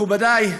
מכובדי,